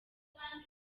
inyuma